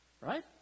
Right